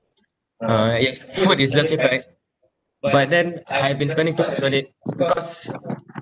uh yes food is justified but then I've been spending too much on it because